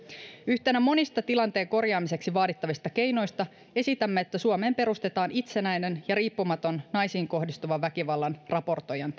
yhtenä monista tilanteen korjaamiseksi vaadittavista keinoista esitämme että suomeen perustetaan itsenäinen ja riippumaton naisiin kohdistuvan väkivallan raportoijan